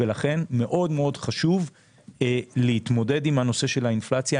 ולכן מאוד מאוד חשוב להתמודד עם הנושא של האינפלציה.